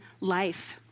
life